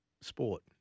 sport